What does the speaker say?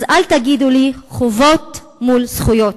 אז אל תגידו לי: חובות מול זכויות.